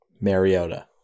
Mariota